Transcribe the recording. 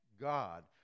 God